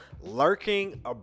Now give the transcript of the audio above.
lurking